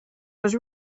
was